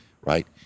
right